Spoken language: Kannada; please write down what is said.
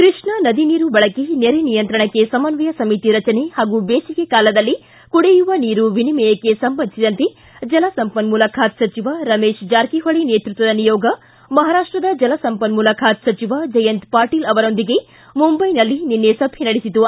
ಕೃಷ್ಣಾ ನದಿ ನೀರು ಬಳಕೆ ನೆರೆ ನಿಯಂತ್ರಣಕ್ಕೆ ಸಮನ್ವಯ ಸಮಿತಿ ರಚನೆ ಹಾಗೂ ಬೇಸಿಗೆ ಕಾಲದಲ್ಲಿ ಕುಡಿಯುವ ನೀರು ವಿನಿಮಯಕ್ಕೆ ಸಂಬಂಧಿಸಿದಂತೆ ಜಲಸಂಪನ್ನೂಲ ಬಾತೆ ಸಚಿವ ರಮೇಶ್ ಜಾರಕಿಹೊಳಿ ನೇತೃತ್ವದ ನಿಯೋಗ ಮಹಾರಾಷ್ಟದ ಜಲಸಂಪನ್ಮೂಲ ಖಾತೆ ಸಚಿವ ಜಯಂತ್ ಪಾಟೀಲ್ ಅವರೊಂದಿಗೆ ಮುಂಬೈಯಲ್ಲಿ ನಿನ್ನೆ ಸಭೆ ನಡೆಸಿತು